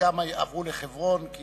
וחלקם עברו לחברון כי